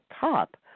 top